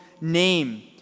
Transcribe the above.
name